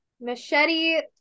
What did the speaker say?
Machete